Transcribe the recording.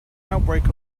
outbreak